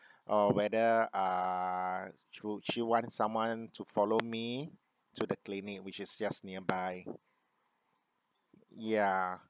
or whether uh sh~ she want someone to follow me to the clinic which is just nearby ya